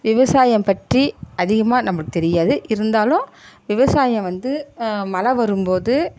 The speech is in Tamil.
விவசாயம் பற்றி அதிகமாக நம்மளுக்கு தெரியாது இருந்தாலும் விவசாயம் வந்து மழை வரும் போது